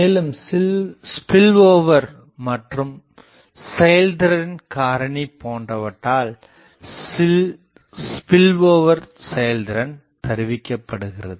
மேலும் ஸ்பில்ஓவர் இழப்பு மற்றும் செயல்திறன் காரணி போன்றவற்றால் ஸ்பில்ஓவர் செயல்திறன் தருவிக்கபடுகிறது